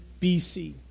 BC